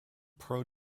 pro